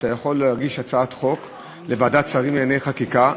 אתה יכול להגיש הצעת חוק לוועדת שרים לענייני חקיקה,